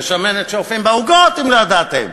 זו שמנת שאופים בה עוגות, אם לא ידעתם.